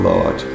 Lord